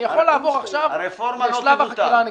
אני יכול לעבור עכשיו לשלב החקירה הנגדית.